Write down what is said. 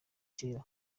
kera